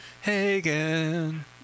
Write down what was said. Hagen